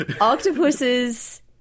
Octopuses